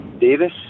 Davis